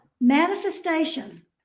manifestation